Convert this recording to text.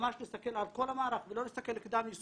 ממש להסתכל על כל המערך ולא להסתכל קדם-יסודי,